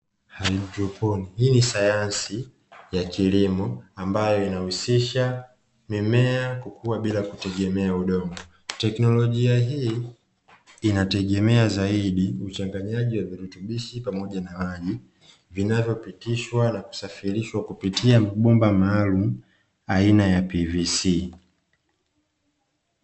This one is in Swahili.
Haidroponi, hii ni sayansi ya kilimo ambayo inahusisha mimea kukua bila kutegemea udongo; teknolojia hii inategemea zaidi uchanganyaji wa virutubishi pamoja na maji, vinavyopitishwa na kusafirishwa kupitia mabomba maalumu aina ya ''PVC''.